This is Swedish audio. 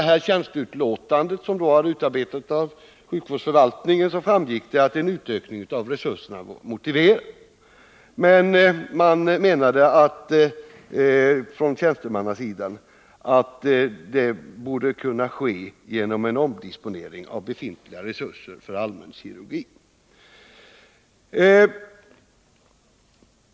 Av det tjänsteutlåtande som då utarbetats av sjukvårdsförvaltningen framgick det att en utökning av resurserna var motiverad, men man menade från tjänstemannasidan att utökningen borde kunna ske genom en omdisponering av befintliga resurser för allmän kirurgi.